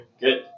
Good